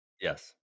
Yes